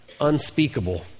unspeakable